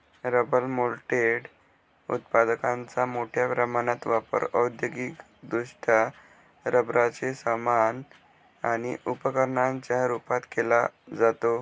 rubber moulded उत्पादकांचा मोठ्या प्रमाणात वापर औद्योगिकदृष्ट्या रबराचे सामान आणि उपकरणांच्या रूपात केला जातो